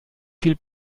viel